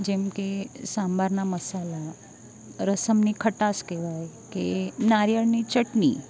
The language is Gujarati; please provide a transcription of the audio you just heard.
જેમકે સંભારના મસાલા રસમની ખટાશ કહેવાય કે નારિયેળની ચટણી